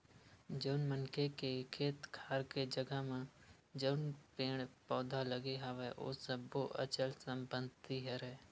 जउन मनखे के खेत खार के जघा म जउन पेड़ पउधा लगे हवय ओ सब्बो अचल संपत्ति हरय